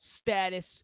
status